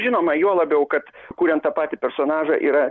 žinoma juo labiau kad kuriant tą patį personažą yra